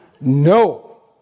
No